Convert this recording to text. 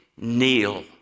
kneel